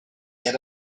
get